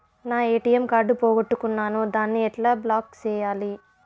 నా ATM card పోగొట్టుకున్నాను, దాన్ని ఎట్లా బ్లాక్ సేయాలి?